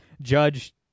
judge